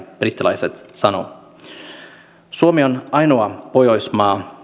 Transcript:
brittiläiset sanovat suomi on ainoa pohjoismaa